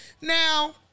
Now